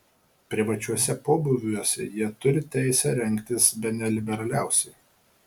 privačiuose pobūviuose jie turi teisę rengtis bene liberaliausiai